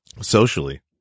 socially